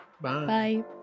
Bye